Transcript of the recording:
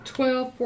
Twelve